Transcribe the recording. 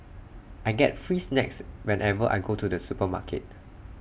I get free snacks whenever I go to the supermarket